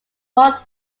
more